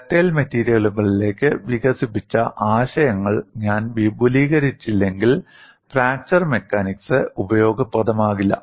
ductile മെറ്റീരിയലുകളിലേക്ക് വികസിപ്പിച്ച ആശയങ്ങൾ ഞാൻ വിപുലീകരിച്ചില്ലെങ്കിൽ ഫ്രാക്ചർ മെക്കാനിക്സ് ഉപയോഗപ്രദമാകില്ല